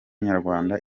nyarwanda